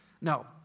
No